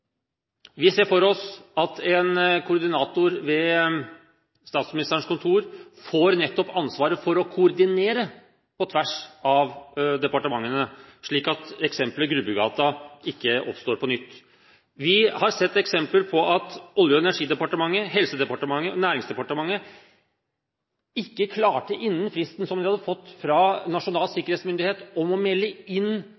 Vi ser for oss at en koordinator ved Statsministerens kontor nettopp får ansvaret for å koordinere på tvers av departementene, slik at eksemplet Grubbegata ikke oppstår på nytt. Vi har sett eksempel på at Olje- og energidepartementet, Helsedepartementet og Næringsdepartementet ikke klarte innen fristen som de hadde fått fra Nasjonal